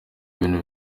ibintu